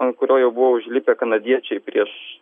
ant kurio jau buvo užlipę kanadiečiai prieš